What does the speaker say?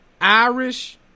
Irish